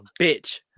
bitch